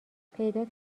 پیدات